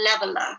leveler